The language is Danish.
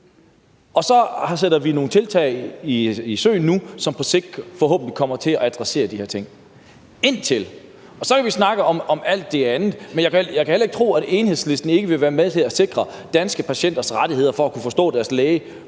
Vi sætter så nogle tiltag i søen nu, som forhåbentlig på sigt kommer til at adressere de her ting. Så kan vi snakke om alt det andet, men jeg kan heller ikke tro, at Enhedslisten ikke vil være med til at sikre danske patienters rettigheder med hensyn til at kunne forstå deres læge